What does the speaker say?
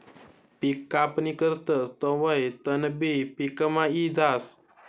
पिक कापणी करतस तवंय तणबी पिकमा यी जास